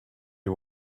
you